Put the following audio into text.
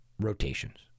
rotations